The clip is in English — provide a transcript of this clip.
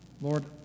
Lord